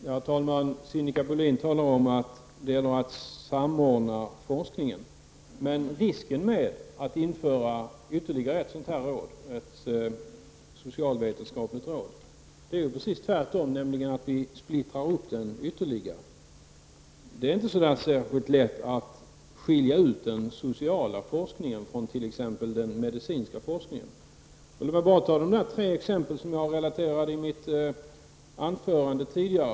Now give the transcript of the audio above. Herr talman! Sinikka Bohlin säger att det gäller att samordna forskningen. Men om ytterligare ett råd — ett socialvetenskapligt råd — införs, finns det en risk att vi får en ytterligare splittring. Det är inte särskilt lätt att skilja ut den sociala forskningen från t.ex. den medicinska forskningen. Jag hänvisar till de tre exempel som jag nämnde i mitt huvudanförande här tidigare.